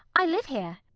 i live here.